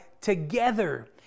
together